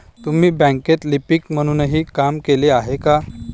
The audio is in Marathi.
तुम्ही बँकेत लिपिक म्हणूनही काम केले आहे का?